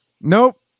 Nope